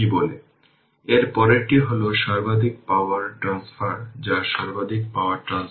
বং τ আমরা পেয়েছি যে 35 সেকেন্ড